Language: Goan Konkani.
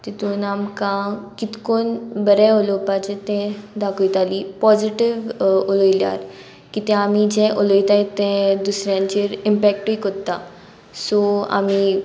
तितून आमकां कितकोन बरें उलोवपाचें तें दाखयतालीं पॉजिटीव उलयल्यार कित्या आमी जें उलयताय तें दुसऱ्यांचेर इम्पॅक्टूय कोत्ता सो आमी